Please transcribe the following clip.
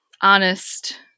honest